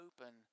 open